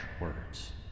words